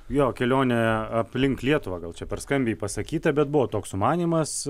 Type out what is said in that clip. jo kelionę aplink lietuvą gal čia per skambiai pasakyta bet buvo toks sumanymas